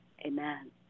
amen